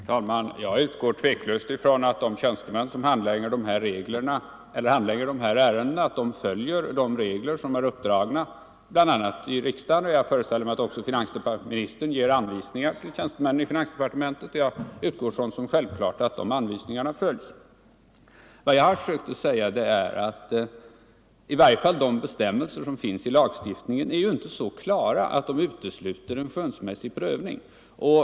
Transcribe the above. Herr talman! Jag utgår tveklöst från att de tjänstmän som handlägger dessa ärenden följer de regler som är fastställda bl.a. av riksdagen. Jag Nr 113 Tisdagen den ningar följs. Vad jag har försökt säga är att i varje fall lagstiftningen 5 november 1974 inte är så klar att den utesluter en skönsmässig prövning.